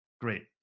great